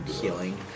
Healing